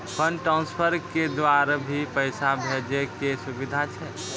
Fund transfer के द्वारा भी पैसा भेजै के सुविधा छै?